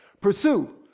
Pursue